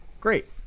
great